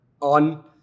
on